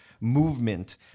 movement